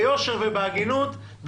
ביושר ובהגינות,